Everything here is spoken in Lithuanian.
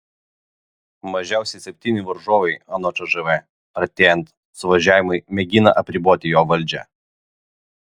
mažiausiai septyni varžovai anot cžv artėjant suvažiavimui mėgina apriboti jo valdžią